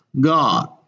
God